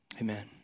Amen